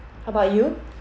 how about you